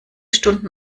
stunden